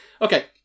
Okay